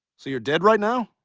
so you're dead right now?